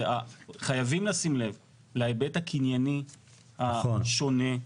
חייבים לשים לב להיבט הקנייני השונה.